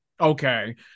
Okay